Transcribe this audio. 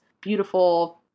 beautiful